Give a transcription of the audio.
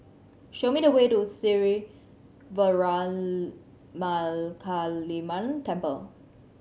show me the way to Sri Veeramakaliamman Temple